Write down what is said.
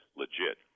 legit